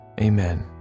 amen